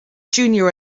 junior